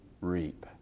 reap